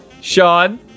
Sean